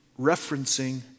referencing